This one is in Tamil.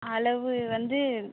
அளவு வந்து